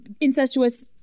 incestuous